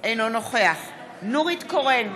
אינו נוכח נורית קורן,